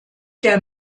der